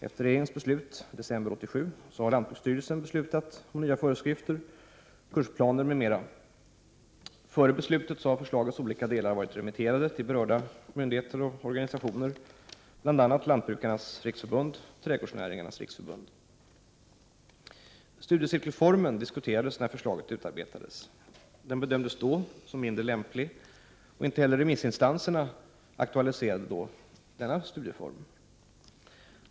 Efter regeringens beslut i december 1987 har lantbruksstyrelsen beslutat om nya föreskrifter, kursplaner m.m. Före beslutet har förslagets olika delar varit remitterade till berörda myndigheter och organisationer, bl.a. Lantbrukarnas riksförbund och Trädgårdsnäringens riksförbund. Studiecirkelformen diskuterades när förslaget utarbetades. Den bedömdes då som mindre lämplig. Inte heller remissinstanserna aktualiserade då denna studieform.